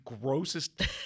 grossest